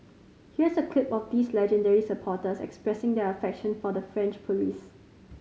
here's a clip of these legendary supporters expressing their affection for the French police